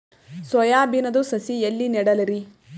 Soya ಬಿನದು ಸಸಿ ಎಲ್ಲಿ ನೆಡಲಿರಿ?